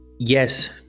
Yes